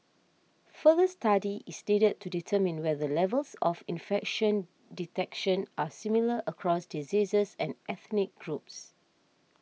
further study is needed to determine whether levels of infection detection are similar across diseases and ethnic groups